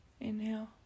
inhale